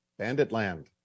Banditland